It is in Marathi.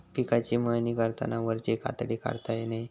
पिकाची मळणी करताना वरची कातडी काढता नये